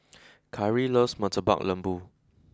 Kyree loves Murtabak Lembu